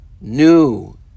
new